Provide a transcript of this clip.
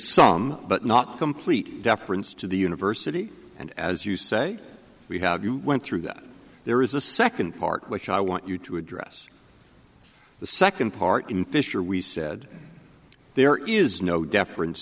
some but not complete deference to the university and as you say we have you went through that there is a second part which i want you to address the second part in fisher we said there is no deference